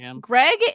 Greg